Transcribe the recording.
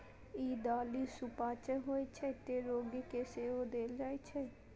ई दालि सुपाच्य होइ छै, तें रोगी कें सेहो देल जाइ छै